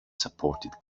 supported